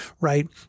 right